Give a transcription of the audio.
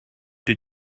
did